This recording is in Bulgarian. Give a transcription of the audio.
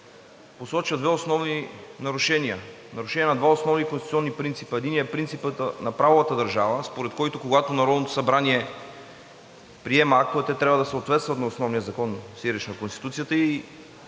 посочва две основни нарушения, нарушения на два основни конституционни принципа. Единият – принципът на правовата държава, според който, когато Народното събрание приема актовете, трябва да съответстват на основния закон, сиреч на Конституцията.